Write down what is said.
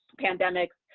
pandemics.